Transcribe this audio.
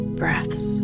breaths